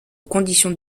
conditions